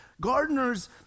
Gardeners